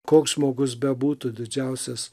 koks žmogus bebūtų didžiausias